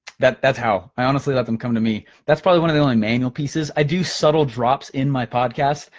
that's that's how, i honestly let them come to me. that's probably one of the only manual pieces. i do subtle drops in my podcast.